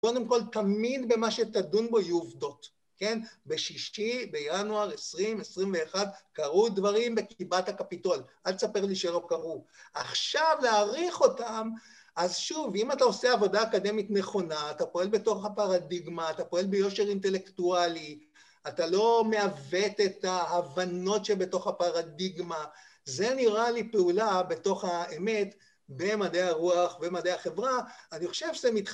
קודם כל, תמיד במה שתדון בו יהיו עובדות, כן? בשישי בינואר 2021 קרו דברים בגבעת הקפיטול. אל תספר לי שלא קרו. עכשיו, להעריך אותם, אז שוב, אם אתה עושה עבודה אקדמית נכונה, אתה פועל בתוך הפרדיגמה, אתה פועל ביושר אינטלקטואלי, אתה לא מעוות את ההבנות שבתוך הפרדיגמה, זה נראה לי פעולה, בתוך האמת, במדעי הרוח, במדעי החברה. אני חושב שזה מת...